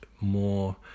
more